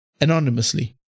anonymously